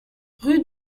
rue